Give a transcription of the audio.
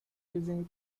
using